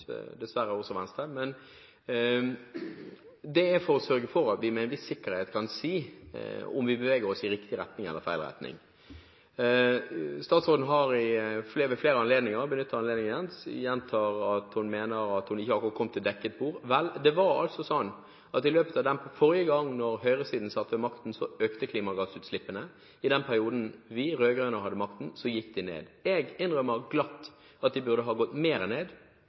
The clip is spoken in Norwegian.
dessverre også Venstre, er imot. Statsråden har ved flere anledninger sagt – og gjentar – at hun mener hun ikke kom til dekket bord. I løpet av forrige periode da høyresiden satt ved makten, økte klimagassutslippene. I den perioden vi rød-grønne hadde makten, gikk de ned. Jeg innrømmer glatt at de burde ha gått mer ned,